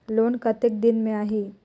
Loan कतेक दिन मे आही?